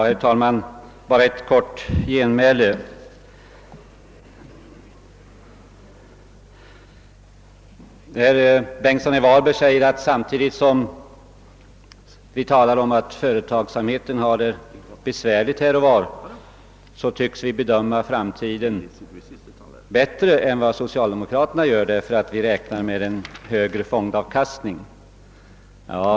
Herr talman! Jag vill bara göra ett kort genmäle. Herr Bengtsson i Varberg sade att vi, samtidigt som vi talar om att företagsamheten har det besvärligt här och var, tycks bedöma framtiden mer optimistiskt än socialdemokraterna gör, eftersom vi räknar med en högre fondavkastning.